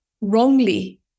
wrongly